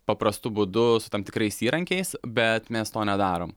paprastu būdu su tam tikrais įrankiais bet mes to nedarom